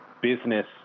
business